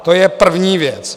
To je první věc.